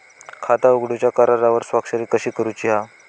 खाता उघडूच्या करारावर स्वाक्षरी कशी करूची हा?